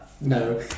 No